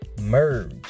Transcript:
merge